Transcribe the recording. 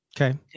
Okay